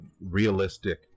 realistic